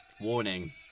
Warning